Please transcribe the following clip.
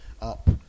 up